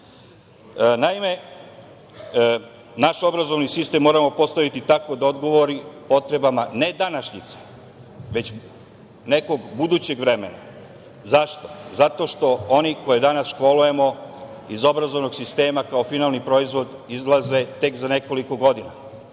ima. Naime, naš obrazovni sistem moramo postaviti tako da odgovori potrebama ne današnjice, već nekog budućeg vremena. Zašto? Zato što oni koje danas školujemo iz obrazovnog sistema kao finalni proizvod izlaze tek za nekoliko godina,